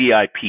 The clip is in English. VIP